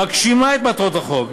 מגשימה את מטרות החוק,